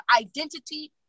identity